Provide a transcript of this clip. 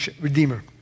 redeemer